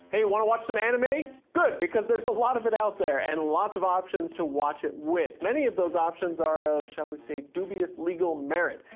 hey, wanna watch some anime? good, because there's a lot of it out there and lots of options to watch it with, many of those options are of, shall we say, dubious legal merit,